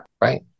Right